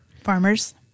Farmers